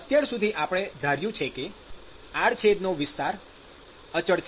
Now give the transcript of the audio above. અત્યાર સુધી આપણે ધાર્યું છે કે આડછેદનો વિસ્તાર અચળ છે